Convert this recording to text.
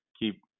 keep